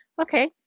okay